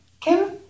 Kim